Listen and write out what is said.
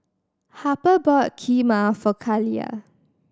Harper bought Kheema for Kaliyah